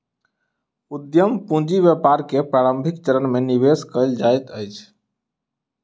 उद्यम पूंजी व्यापार के प्रारंभिक चरण में निवेश कयल जाइत अछि